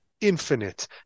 infinite